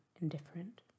indifferent